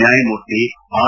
ನ್ಕಾಯಮೂರ್ತಿ R